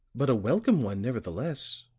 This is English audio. but a welcome one, nevertheless,